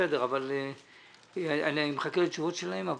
אני מחכה לתשובות שלהם.